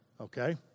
okay